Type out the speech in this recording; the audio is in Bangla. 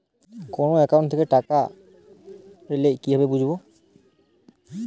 কোন একাউন্ট থেকে টাকা এল কিভাবে বুঝব?